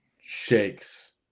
shakes